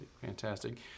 fantastic